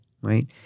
right